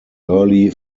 early